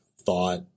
thought